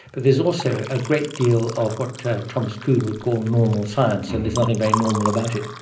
but there's also a great deal of what thomas kuhn would call normal science, and there's nothing very normal about it.